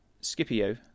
Scipio